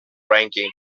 ranking